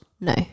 No